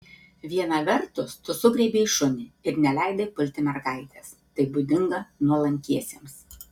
viena vertus tu sugriebei šunį ir neleidai pulti mergaitės tai būdinga nuolankiesiems